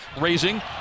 raising